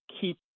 keep